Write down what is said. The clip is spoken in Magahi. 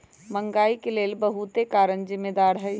महंगाई के लेल बहुते कारन जिम्मेदार होइ छइ